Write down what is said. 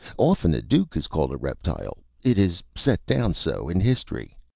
often a duke is called a reptile it is set down so, in history.